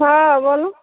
हाँ बोलू